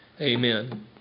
Amen